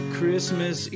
Christmas